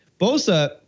Bosa